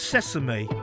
Sesame